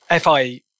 FI